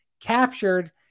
Captured